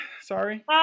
sorry